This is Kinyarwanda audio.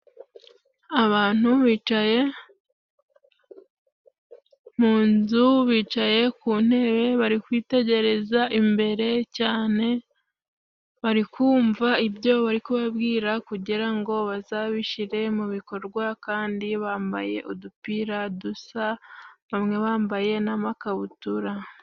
Abantu bicaye mu nzu, bicaye ku ntebe bari kwitegereza imbere cyane, bari kumva ibyo bari kubabwira kugira ngo bazabishire mu bikorwa kandi bambaye udupira dusa, bamwe bambaye n'amakabutura.